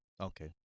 okay